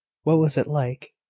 what was it like?